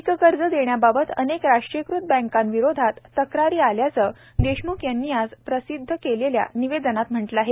पीककर्ज देण्याबाबत अनेक राष्ट्रीयकृत बँकाविरोधात तक्रारी आल्याचं देशमुख यांनी आज प्रसिद्ध केलेल्या निवेदनात म्हटलं आहे